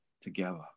together